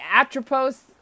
Atropos